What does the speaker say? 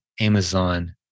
Amazon